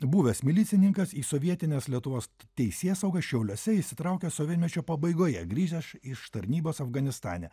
buvęs milicininkas į sovietinės lietuvos teisėsaugą šiauliuose įsitraukęs sovietmečio pabaigoje grįžęs iš tarnybos afganistane